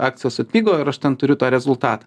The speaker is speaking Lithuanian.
akcijos atpigo ir aš ten turiu tą rezultatą